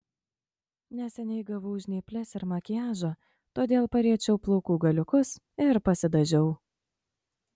neseniai gavau žnyples ir makiažo todėl pariečiau plaukų galiukus ir pasidažiau